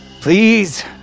Please